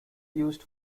used